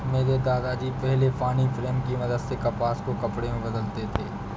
मेरे दादा जी पहले पानी प्रेम की मदद से कपास को कपड़े में बदलते थे